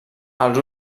els